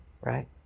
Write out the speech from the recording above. Right